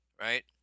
right